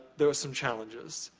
there were some challenges.